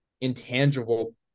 intangible